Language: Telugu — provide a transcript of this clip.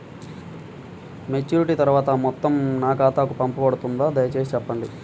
మెచ్యూరిటీ తర్వాత ఆ మొత్తం నా ఖాతాకు పంపబడుతుందా? దయచేసి చెప్పండి?